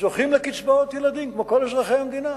זוכים לקצבאות ילדים, כמו כל אזרחי המדינה,